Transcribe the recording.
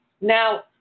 Now